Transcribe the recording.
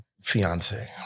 Fiance